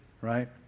right